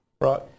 Right